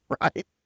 right